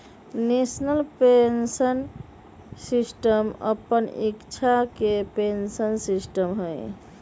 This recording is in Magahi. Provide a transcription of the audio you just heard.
नेशनल पेंशन सिस्टम अप्पन इच्छा के पेंशन सिस्टम हइ